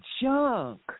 junk